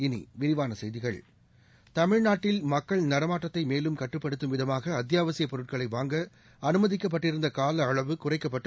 இனி விரிவான செய்திகள் தமிழ்நாட்டில் மக்கள் நடமாட்டத்தை மேலும் கட்டுப்படுத்தும் விதமாக அத்தியாவசியப் பொருட்களை வாங்க அனுமதிக்கப்பட்டிருந்த கால அளவு குறைக்கப்பட்டு